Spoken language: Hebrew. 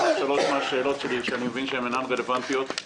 שלוש מן השאלות שלי אני מבין שאינן רלוונטיות,